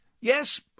Yes